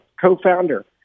co-founder